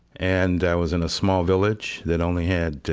and i was in a small village that only had